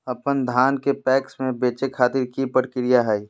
अपन धान के पैक्स मैं बेचे खातिर की प्रक्रिया हय?